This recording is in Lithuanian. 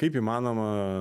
kaip įmanoma